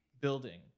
building